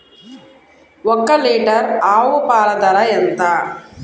ఒక్క లీటర్ ఆవు పాల ధర ఎంత?